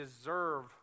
deserve